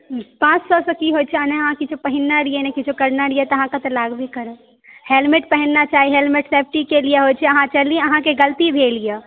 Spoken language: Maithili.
पाँच सौ सॅं की होइ छै नहि अहाँ किछो पहिनने रहियै ने किछो करने रहियै अहाँकेॅं तऽ लागबे करत हेलमेट पहिनना चाही हेलमेट सेफ्टी के लिये होइ छै अहाँ चालू अहाँके गलती भेल यऽ